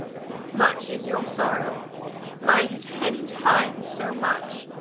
much is your sorrow mine, ten times so much